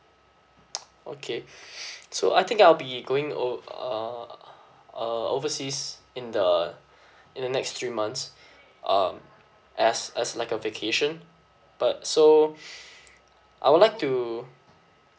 okay so I think I'll be going ov~ uh uh overseas in the in the next three months um as as like a vacation but so I would like to